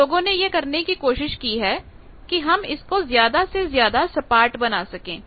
तो लोगों ने यह करने की कोशिश की है कि हम इसको ज्यादा से ज्यादा सपाट बना सकें